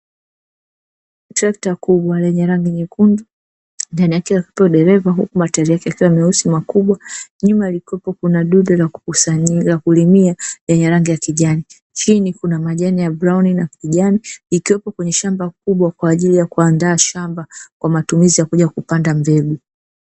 Trekta kubwa lenye rangi nyekundu ndani yake yupo dereva likiwa na matairi makubwa, nyuma kukiwa na dude la kulimia, chini kuna majani ya kijani ikiwa linaandaa shamba kwa ajili ya kulimia mbegu.